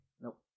Nope